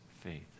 faith